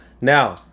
now